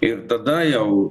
ir tada jau